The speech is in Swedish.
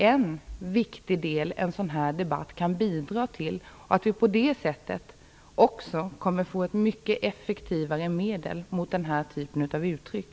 På det sättet kommer vi också att få ett mycket effektivare medel mot den här typen av uttryck.